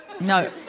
No